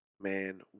Man